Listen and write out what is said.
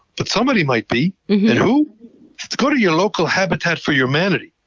but somebody might be. you know go to your local habitat for humanity,